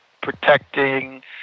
protecting